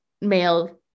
male